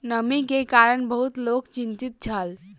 नमी के कारण बहुत लोक चिंतित छल